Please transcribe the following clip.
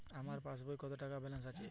আমার পাসবইতে কত টাকা ব্যালান্স আছে?